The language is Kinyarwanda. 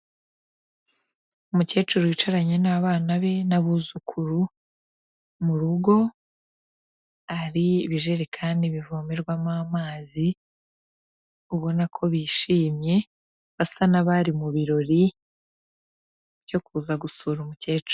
Umukecuru wicaranye n'abana be n'abuzukuru mu rugo, hari ibijerekani bivomerwamo amazi ubona ko bishimye basa n'abari mu birori byo kuza gusura umukecuru.